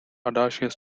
audacious